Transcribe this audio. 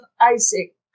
Isaac